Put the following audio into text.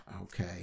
Okay